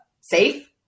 safe